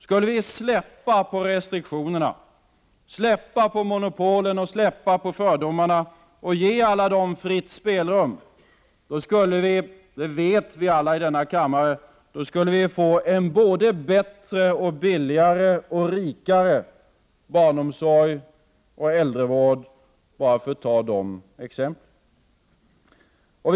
Skulle vi släppa på restriktionerna, monopolen och fördomarna och ge alla dem fritt spelrum skulle vi — det vet vi alla i denna kammare — få en både bättre, billigare och rikare barnomsorg och äldrevård, för att bara nämna de exemplen.